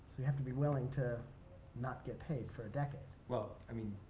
you have to be willing to not get paid for a decade. well, i mean,